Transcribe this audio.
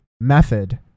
method